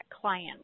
client